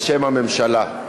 בשם הממשלה.